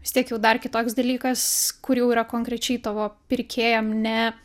vis tiek jau dar kitoks dalykas kur jau yra konkrečiai tavo pirkėjam ne